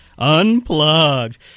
Unplugged